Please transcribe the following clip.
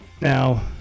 Now